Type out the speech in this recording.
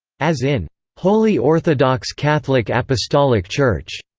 as in holy orthodox catholic apostolic church.